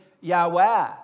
Yahweh